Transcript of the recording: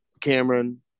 Cameron